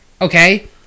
Okay